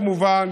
כמובן,